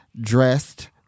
dressed